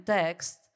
text